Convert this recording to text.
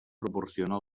proporcionar